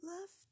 left